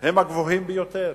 הם הגבוהים ביותר.